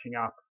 up